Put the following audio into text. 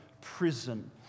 prison